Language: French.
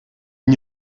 n’y